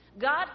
God